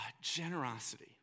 generosity